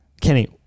Kenny